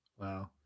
Wow